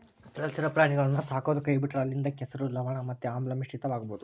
ಜಲಚರ ಪ್ರಾಣಿಗುಳ್ನ ಸಾಕದೊ ಕೈಬಿಟ್ರ ಅಲ್ಲಿಂದ ಕೆಸರು, ಲವಣ ಮತ್ತೆ ಆಮ್ಲ ಮಿಶ್ರಿತವಾಗಬೊದು